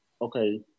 okay